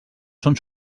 són